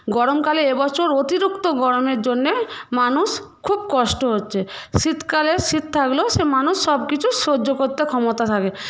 গরমকালে এবছর অতিরিক্ত গরমের জন্যে মানুষ খুব কষ্ট হচ্ছে শীতকালে শীত থাকলেও সে মানুষ সব কিছু সহ্য করতে ক্ষমতা থাকে